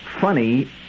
funny